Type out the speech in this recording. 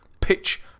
pitch